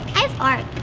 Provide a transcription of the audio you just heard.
i have art.